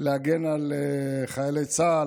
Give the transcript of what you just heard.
להגן על חיילי צה"ל,